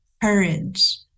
courage